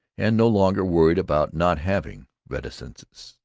and no longer worried about not having reticences.